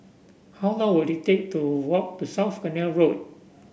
how long will it take to walk to South Canal Road